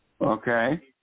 Okay